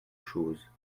chose